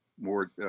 more